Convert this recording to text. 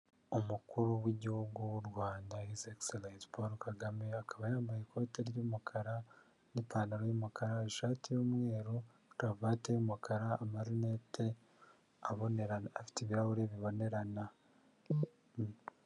Umukuru w'igihugu w'u Rwanda izegiserensi Paul Kagame akaba yambaye ikote ry'umukara n'ipantaro y'umukara, ishati y'umweru karuvate y'umukara, amarinete abonerana afite ibirahuri bibonerana.